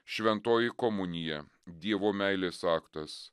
šventoji komunija dievo meilės aktas